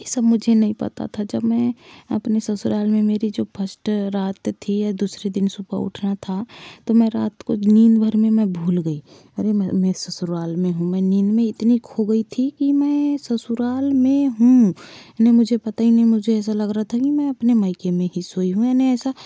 ये सब मुझे नहीं पता था जब मैं अपने ससुराल में मेरी जो फर्स्ट रात थी या दूसरे दिन सुबह उठना था तो मैं रात को नींद भर में मैं भूल गई अरे मैं ससुराल में हूँ मैं नींद में इतनी खो गई थी कि मैं ससुराल में हूँ ने मुझे पता ही नहीं मुझे ऐसा लग रहा था कि मैं अपने मायके में ही सोई हूँ मैं ऐसा